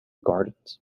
gardens